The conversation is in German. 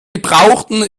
gebrauchten